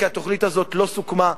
כי התוכנית הזאת לא סוכמה,